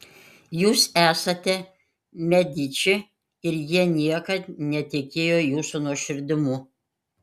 jūs esate mediči ir jie niekad netikėjo jūsų nuoširdumu